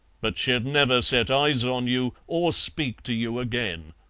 but she'd never set eyes on you or speak to you again.